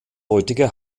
heutige